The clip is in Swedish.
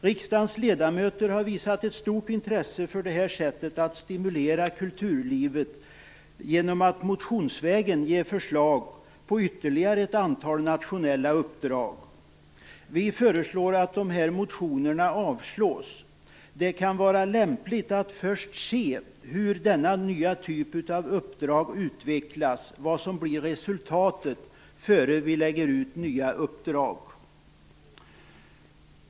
Riksdagens ledamöter har visat ett stort intresse för det här sättet att stimulera kulturlivet genom att motionsvägen ge förslag till ytterligare ett antal nationella uppdrag. Vi föreslår att motionerna avslås. Det kan vara lämpligt att först se hur denna nya typ av uppdrag utvecklas och vad resultatet blir innan vi lägger ut nya uppdrag.